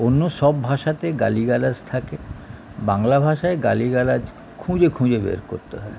অন্য সব ভাষাতে গালিগালাজ থাকে বাংলা ভাষায় গালিগালাজ খুঁজে খুঁজে বের করতে হয়